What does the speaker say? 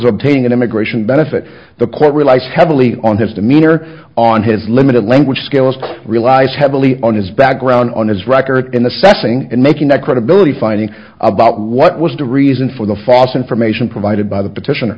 obtaining an immigration benefit the court relies heavily on the demeanor on his limited language skills relies heavily on his background on his record in the setting and making that credibility finding about what was the reason for the phos information provided by the petition